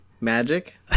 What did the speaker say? Magic